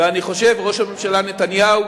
ואני חושב, ראש הממשלה נתניהו,